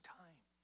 time